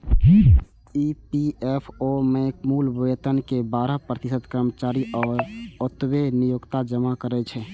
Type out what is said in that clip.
EPFO मे मूल वेतन के बारह प्रतिशत कर्मचारी आ ओतबे नियोक्ता जमा करै छै